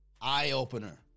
eye-opener